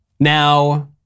Now